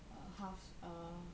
err half err